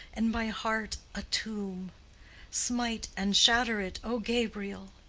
and my heart a tomb smite and shatter it, o gabriel!